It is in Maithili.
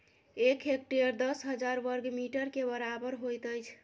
एक हेक्टेयर दस हजार बर्ग मीटर के बराबर होइत अछि